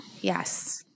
Yes